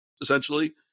essentially